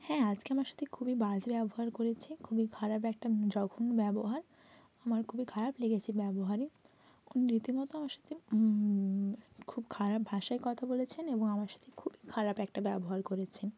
হ্যাঁ আজকে আমার সাথে খুবই বাজে ব্যবহার করেছে খুবই খারাপ একটা জঘন্য ব্যবহার আমার খুবই খারাপ লেগেছে ব্যবহারে উনি রীতিমতো আমার সাথে খুব খারাপ ভাষায় কথা বলেছেন এবং আমার সাথে খুবই খারাপ একটা ব্যবহার করেছেন